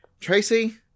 Tracy